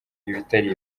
ibitari